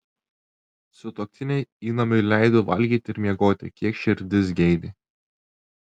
sutuoktiniai įnamiui leido valgyti ir miegoti kiek širdis geidė